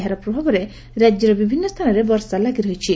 ଏହାର ପ୍ରଭାବରେ ରାଜ୍ୟର ବିଭିନ୍ ସ୍ତାନରେ ବର୍ଷା ଲାଗି ରହିଛି